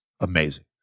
amazing